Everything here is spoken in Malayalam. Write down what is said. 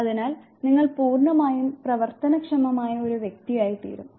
അതിനാൽ നിങ്ങൾ പൂർണ്ണമായും പ്രവർത്തനക്ഷമമായ ഒരു വ്യക്തിയായിത്തീരും